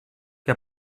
que